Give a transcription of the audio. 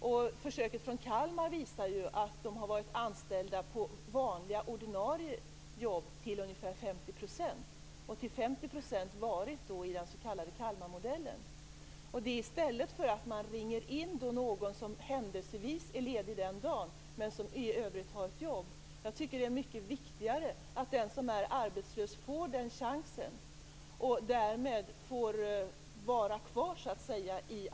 I försöket i Kalmar har man till ungefär 50 % varit anställd på ordinarie jobb och i övrigt varit i den s.k. Kalmarmodellen. Resurspersonen har satts in i stället för någon som har ett jobb men som händelsevis råkat vara ledig dagen i fråga. Jag tycker att det är mycket viktigare att den som är arbetslös får en sådan här chans och därmed får vara kvar i arbetslivet.